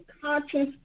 conscious